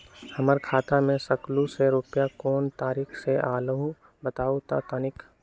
हमर खाता में सकलू से रूपया कोन तारीक के अलऊह बताहु त तनिक?